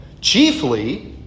Chiefly